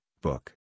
book